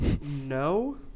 No